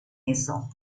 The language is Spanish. eso